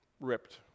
ripped